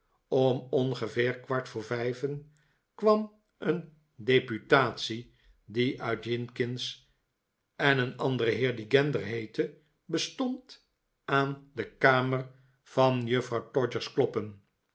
om ongeveer kwart voor vijven kwam een deputatie die uit jinkins en een anderen heer die gander heette bestond aan de kamer van juffrouw todgers kloppen